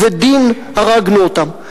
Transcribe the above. ובדין הרגנו אותם,